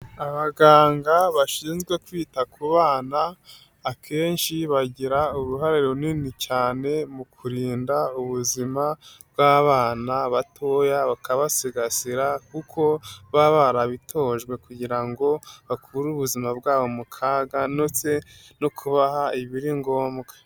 Abaganga bashinzwe kwita ku bana, akenshi bagira uruhare runini cyane mu kurinda ubuzima bw'abana batoya, bakabasigasira kuko baba barabitojwe kugira ngo bakure ubuzima bwabo mu kaga ndetse no kubaha ibiri ngombwa.